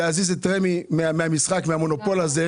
להזיז את רמ"י מהמשחק, מהמונופול הזה.